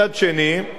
מצד שני,